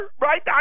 right